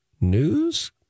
News